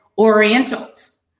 orientals